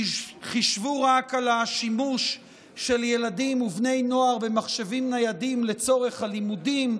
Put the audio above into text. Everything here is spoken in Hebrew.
חשבו רק על השימוש של ילדים ובני נוער במחשבים ניידים לצורך הלימודים,